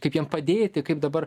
kaip jiem padėti kaip dabar